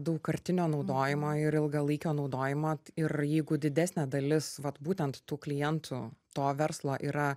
daugkartinio naudojimo ir ilgalaikio naudojimo ir jeigu didesnė dalis vat būtent tų klientų to verslo yra